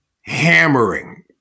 hammering